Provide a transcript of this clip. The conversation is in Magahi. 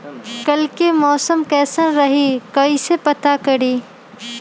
कल के मौसम कैसन रही कई से पता करी?